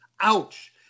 Ouch